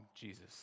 jesus